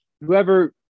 whoever